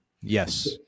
Yes